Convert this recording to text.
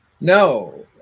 No